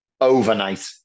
overnight